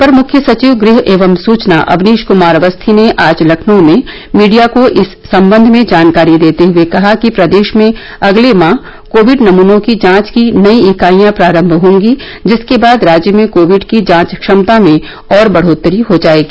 अपर मुख्य सचिव गृह एवं सूचना अवनीश कुमार अवस्थी ने आज लखनऊ में मीडिया को इस सम्बंध में जानकारी देते हुए कहा कि प्रदेश में अगले माह कोविड नमूनों की जांच की नई इकाइयां प्रारम्भ होंगी जिसके बाद राज्य में कोविड की जांच क्षमता में और बढ़ोत्तरी हो जाएगी